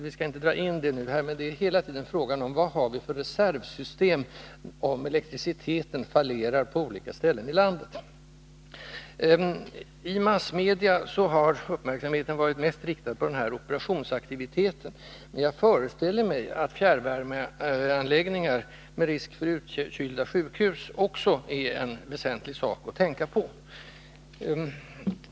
Jag skall inte dra in det nu, men frågan är hela tiden: Vad har vi för reservsystem om elektriciteten fallerar på olika ställen i landet? I massmedia har uppmärksamheten varit riktad mest på operationsaktiviteten. Jag föreställer mig emellertid att fjärrvärmeanläggningar — där fel kan leda till risk för utkylda sjukhus — också är väsentligt att tänka på.